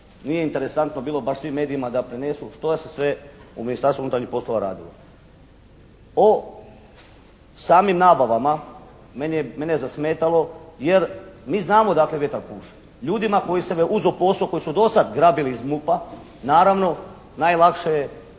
nije interesantno bilo baš svim medijima da prenesu što se sve u Ministarstvu unutarnjih poslova radilo. O samim nabavama, mene je zasmetalo jer mi znamo odakle vjetar puše. Ljudima …/Govornik se ne razumije./… posao, koji su dosad grabili iz MUP-a naravno najlakše je